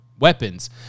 weapons